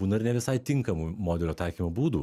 būna ir ne visai tinkamų modelio taikymo būdų